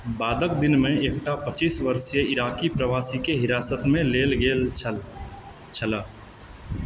बादक दिनमे एकटा पच्चीस वर्षीय इराकी प्रवासीके हिरासतमे लेल गेल छल